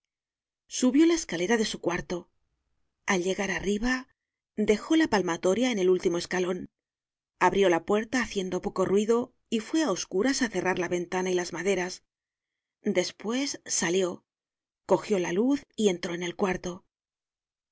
subió la escalera de su cuarto al llegar arriba dejó la palmatoria en el último escalon abrió la puerta haciendo poco ruido y fué á os curas á cerrar la ventana y las maderas despues salió cogió la luz y entró en el cuarto